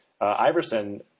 Iverson